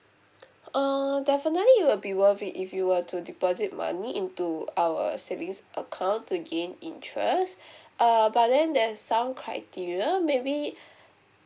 uh definitely it will be worth it if you were to deposit money into our savings account to gain interest err but then there's some criteria maybe